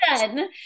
done